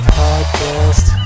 podcast